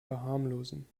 verharmlosen